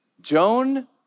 Joan